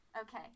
Okay